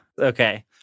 Okay